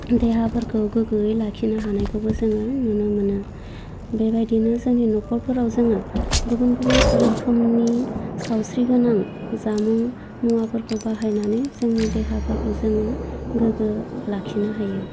देहाफोरखौ गोग्गोयै लाखिनो हानायखौबो जोङो नुनो मोनो बेबायदिनो जोंनि नखरफोराव जोङो गुबुन गुबुन रोखोमनि सावस्रि गोनां जामुं मुवाफोरखौ बाहायनानै जोंनि देहाफोरखौ जोङो गोगो लाखिनो हायो